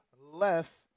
left